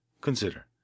Consider